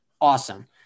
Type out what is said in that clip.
awesome